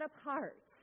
apart